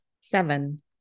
seven